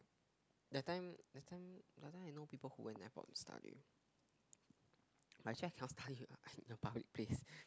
that time that time that time I know people who went airport to study but actually I cannot study at a public place